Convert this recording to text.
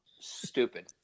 Stupid